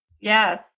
Yes